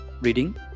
reading